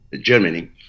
Germany